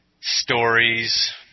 stories